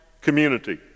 community